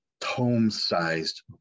tome-sized